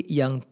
yang